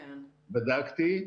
בדקתי.